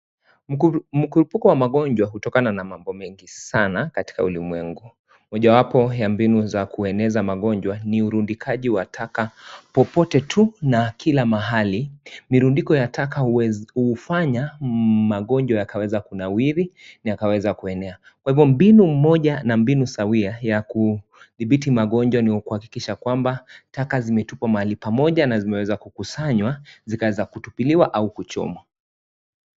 Mkurupuko wa magonjwa hutokana na mambo mengi sana katika ulimwengu, mojawapo ya mbinu za kueneza magonjwa ni urundikaji wa taka popote tu na kila mahali, mirundiko ya taka hufanya magonjwa yakaweza kunawiri na kayaweza kuenea, kwa hivyo mbinu moja na mbinu sawia ya kudhibiti magonjwa ni kuhakikisha ya kwamba taka zimetupwa mahali pamoja na zimeweza kukusanywa zikaeza kutupiliwa au kuchomwa.